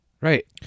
Right